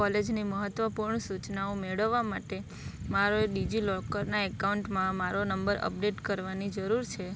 કોલેજની મહત્ત્વપૂર્ણ સૂચનાઓ મેળવવા માટે મારો ડીજીલોકરનાં એકાઉન્ટમાં મારો નંબર અપડેટ કરવાની જરૂર છે